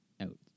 out